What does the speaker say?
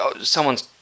Someone's